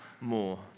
more